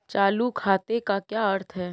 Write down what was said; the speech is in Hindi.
चालू खाते का क्या अर्थ है?